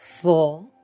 four